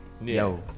yo